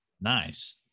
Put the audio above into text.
nice